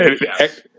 Yes